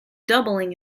doubling